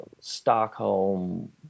stockholm